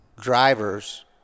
drivers